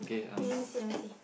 okay let me see let me see